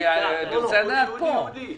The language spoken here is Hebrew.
אני רוצה לדעת פה.